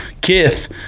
Kith